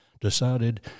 decided